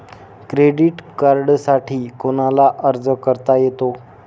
Credit कार्डसाठी कोणाला अर्ज करता येतो?